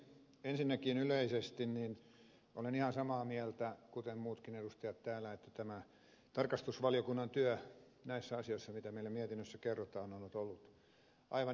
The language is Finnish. ensinnäkin yleisesti olen ihan samaa mieltä kuten muutkin edustajat täällä että tämä tarkastusvaliokunnan työ näissä asioissa joista meille mietinnössä kerrotaan on ollut aivan erinomaista